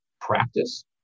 Practice